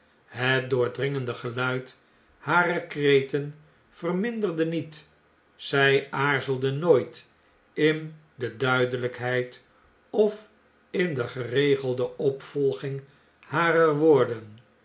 mt doordringende geluid harer kreten verminderde niet zij aarzelde nooit in de duideljjkheid of in de geregelde opvolging harer woorden